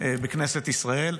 בכנסת ישראל.